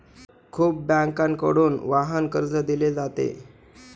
खूप बँकांकडून वाहन कर्ज दिले जाते